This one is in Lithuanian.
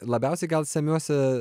labiausiai gal semiuosi